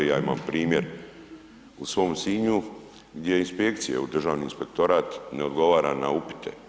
Ja imam primjer u svom Sinju gdje inspekcije u Državni inspektorat ne odgovara na upite.